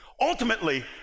Ultimately